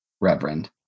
Reverend